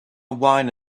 wine